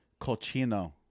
colchino